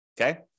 Okay